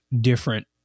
different